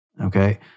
Okay